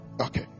Okay